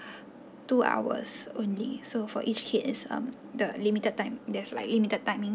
two hours only so for each kid is um the limited time there's like limited timing